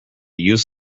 use